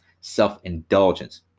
self-indulgence